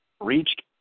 reached